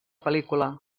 pel·lícula